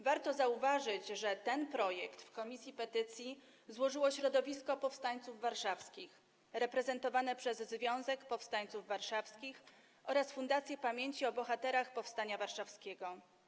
Warto zauważyć, że ten projekt w komisji petycji złożyło środowisko powstańców warszawskich reprezentowane przez Związek Powstańców Warszawskich oraz Fundację Pamięci o Bohaterach Powstania Warszawskiego.